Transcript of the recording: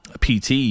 PT